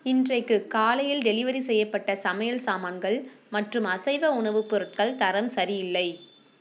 இன்றைக்கு காலையில் டெலிவரி செய்யப்பட்ட சமையல் சாமான்கள் மற்றும் அசைவ உணவுப் பொருட்கள் தரம் சரியில்லை